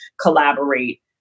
collaborate